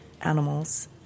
animals